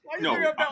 No